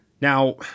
Now